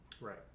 Right